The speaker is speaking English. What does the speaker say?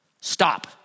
Stop